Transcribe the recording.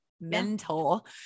mental